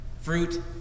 Fruit